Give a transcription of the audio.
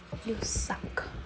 you suck